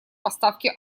поставки